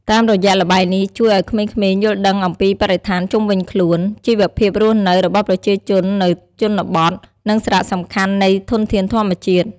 តាមរយះល្បែងនេះជួយឱ្យក្មេងៗយល់ដឹងអំពីបរិស្ថានជុំវិញខ្លួន ជីវភាពរស់នៅរបស់ប្រជាជននៅជនបទ និងសារៈសំខាន់នៃធនធានធម្មជាតិ។